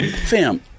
fam